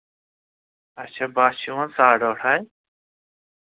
اچھا بَس چھِ یِوان ساڑٕ ٲٹھ ہہ